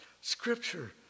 Scripture